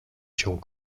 cię